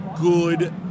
good